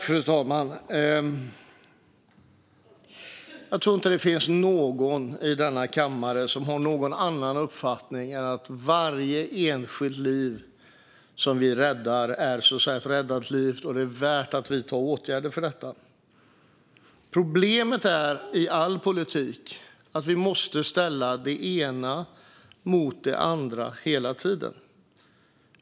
Fru talman! Jag tror inte att det finns någon i denna kammare som har någon annan uppfattning än att varje enskilt liv som vi räddar är ett räddat liv och att det är värt att vidta åtgärder för detta. Problemet i all politik är att vi hela tiden måste ställa det ena mot det andra.